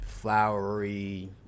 flowery